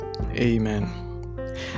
Amen